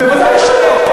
בוודאי שלא.